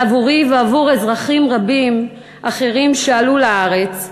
אבל עבורי ועבור אזרחים רבים אחרים שעלו לארץ,